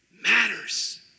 matters